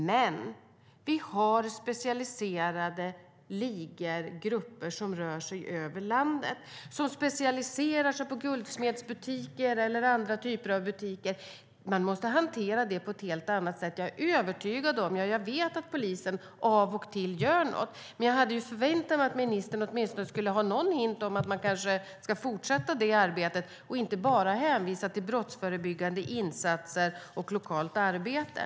Men vi har specialiserade ligor. Det är grupper som rör sig över landet och som specialiserar sig på guldsmedsbutiker eller andra typer av butiker. Man måste hantera det på ett helt annat sätt. Jag vet att polisen av och till gör något. Men jag hade förväntat mig att ministern åtminstone skulle ge någon hint om att man kanske ska fortsätta det arbetet och inte bara hänvisa till brottsförebyggande insatser och lokalt arbete.